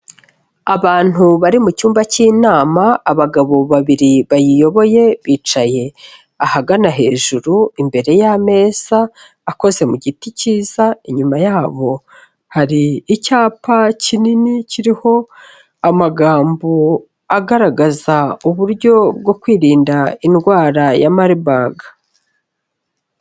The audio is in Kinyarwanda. Abantu bari mu cyumba cy'inama, abagabo babiri bayiyoboye bicaye ahagana hejuru imbere y'ameza akoze mu giti cyiza, inyuma yabo hari icyapa kinini kiriho amagambo agaragaza uburyo bwo kwirinda indwara ya Marburg.